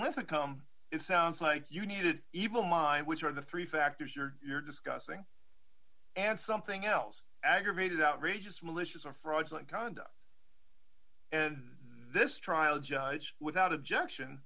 think it sounds like you needed evil mind which are the three factors or you're discussing and something else aggravated outrageous malicious or fraudulent conduct and this trial judge without objection